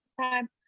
time